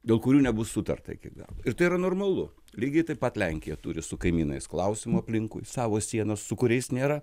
dėl kurių nebus sutarta iki galo ir tai yra normalu lygiai taip pat lenkija turi su kaimynais klausimų aplinkui savo sienas su kuriais nėra